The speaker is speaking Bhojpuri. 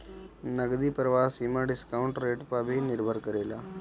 नगदी प्रवाह सीमा डिस्काउंट रेट पअ भी निर्भर करेला